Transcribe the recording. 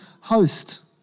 host